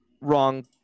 wrong